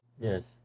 Yes